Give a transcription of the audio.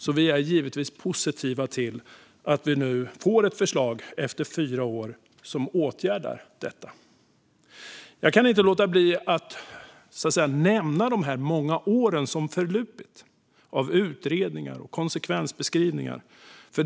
Vi är därför givetvis positiva till att vi nu efter fyra år får ett förslag som åtgärdar detta. Jag kan inte låta bli att nämna de många år som har förflutit av utredningar och konsekvensbeskrivningar.